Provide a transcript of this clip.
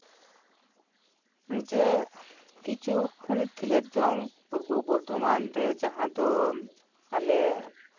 ᱡᱮ ᱠᱤᱪᱷᱩ ᱛᱷᱟᱹᱱᱤᱛ ᱠᱷᱮᱸᱞᱳᱰ ᱡᱚᱝ ᱯᱩᱨᱵᱚ ᱵᱚᱨᱫᱷᱚᱢᱟᱱ ᱨᱮ ᱡᱟᱦᱟᱸ ᱫᱚ ᱟᱞᱮ